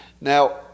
Now